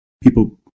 people